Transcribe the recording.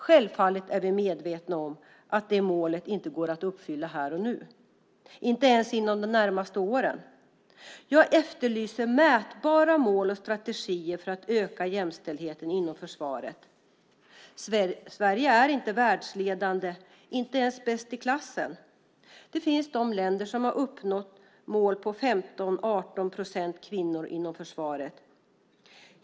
Självfallet är vi medvetna om att det målet inte går att uppfylla här och nu, inte ens inom de närmaste åren. Jag efterlyser mätbara mål och strategier för att öka jämställdheten inom försvaret. Sverige är inte världsledande, inte ens bäst i klassen. Det finns länder som har uppnått mål på 15-18 procent kvinnor inom försvaret.